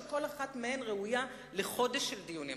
שכל אחת מהן ראויה לחודש של דיונים,